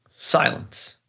silence.